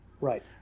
right